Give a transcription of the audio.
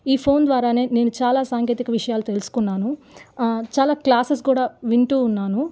ఈ ఫోన్ ద్వారానే నేను చాలా సాంకేతిక విషయాలు తెలుసుకున్నాను చాలా క్లాసెస్ కూడా వింటూ ఉన్నాను